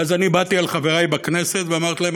ואז אני באתי אל חברי בכנסת ואמרתי להם: